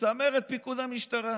וצמרת פיקוד המשטרה,